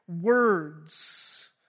words